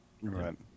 right